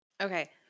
Okay